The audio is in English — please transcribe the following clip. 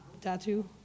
tattoo